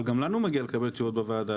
אבל גם לנו מגיע לקבל תשובות בוועדה,